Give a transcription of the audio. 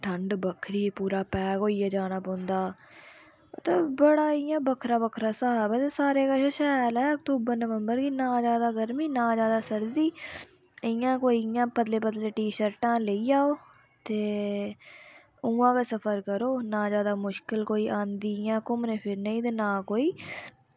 ठंड बक्खरी पूरा पैक होइयै जाना पौंदा ते बड़ा इंया बक्खरा बक्खरा स्हाब ऐ ते सारें कशा शैल ऐ ते अक्तूबर नंबवर म्हीना आवा दा ऐ ते इंया कोई इंया पतली पतली टी शर्टां लेई जाओ ते उआं गै शपऱ करो ना जादै मुश्कल कोई आंदी ऐ घुम्मनै फिरने ई